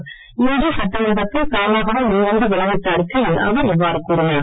ழுதலமைச்சர் இன்று சட்டமன்றத்தில் தாமாகவே முன்வந்து வெளியிட்ட அறிக்கையில் அவர் இவ்வாறு கூறினார்